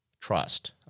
trust